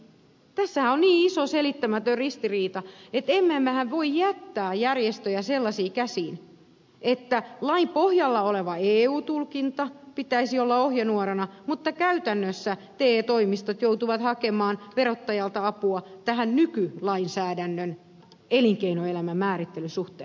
tässähän on niin iso selittämätön ristiriita että emmehän me voi jättää järjestöjä sellaisiin käsiin että lain pohjalla olevan eu tulkinnan pitäisi olla ohjenuorana mutta käytännössä te toimistot joutuvat hakemaan verottajalta apua nykylainsäädännön elinkeinoelämän määrittelyn suhteen